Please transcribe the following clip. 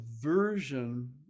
version